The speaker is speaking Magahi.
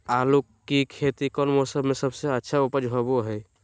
आलू की खेती कौन मौसम में सबसे अच्छा उपज होबो हय?